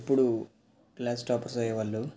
ఎప్పుడూ class toppers అయ్యేవాళ్ళు